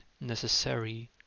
necessary